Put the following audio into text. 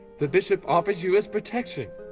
the bishop offers you his protection.